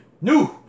new